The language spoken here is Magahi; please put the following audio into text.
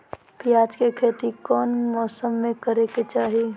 प्याज के खेती कौन मौसम में करे के चाही?